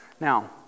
Now